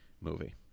movie